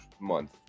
month